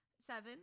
Seven